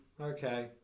Okay